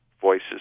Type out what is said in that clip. voices